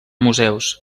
museus